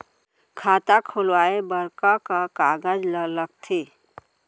खाता खोलवाये बर का का कागज ल लगथे?